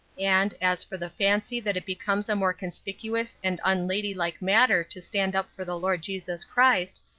and, as for the fancy that it becomes a more conspicuous and unladylike matter to stand up for the lord jesus christ,